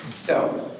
so,